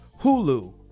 Hulu